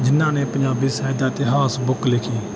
ਜਿਨ੍ਹਾਂ ਨੇ ਪੰਜਾਬੀ ਸਾਹਿਤ ਦਾ ਇਤਿਹਾਸ ਬੁੱਕ ਲਿਖੀ